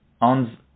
on